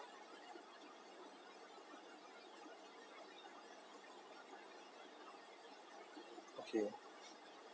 okay okay